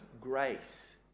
grace